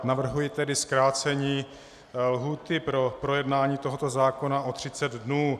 Navrhuji tedy zkrácení lhůty pro projednání tohoto zákona o 30 dnů.